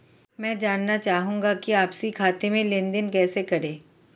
मैं जानना चाहूँगा कि आपसी खाते में लेनदेन कैसे करें?